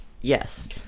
yes